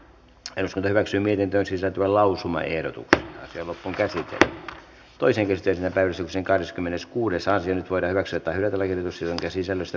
jos hyväksyminen toisi sepellausumaehdotukselle asell punnersi toisen yhteisön täysuksen kahdeskymmeneskuudes aisin vain hyväksi että hän eduskunta hyväksyi mietintöön sisältyvän lausumaehdotuksen